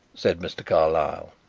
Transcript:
said mr. carlyle.